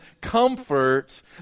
comfort